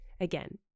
again